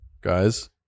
guys